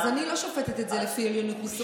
אני לא שופטת את זה לפי עליונות מוסרית.